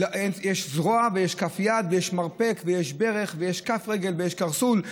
יש זרוע ויש כף יד ויש מרפק ויש ברך ויש כף רגל ויש קרסול,